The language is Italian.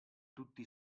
tutti